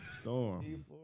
Storm